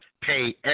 pay